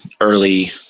early